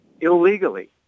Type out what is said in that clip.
illegally